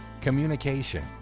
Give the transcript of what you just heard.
communication